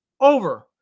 over